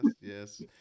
yes